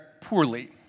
poorly